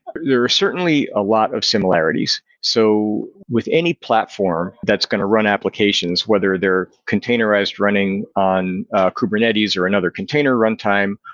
there are certainly a lot of similarities. so with any platform that's going to run applications, whether they're containerized running on kubernetes, or another container runtime,